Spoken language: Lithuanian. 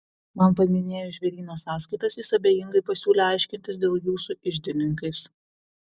man paminėjus žvėryno sąskaitas jis abejingai pasiūlė aiškintis dėl jų su iždininkais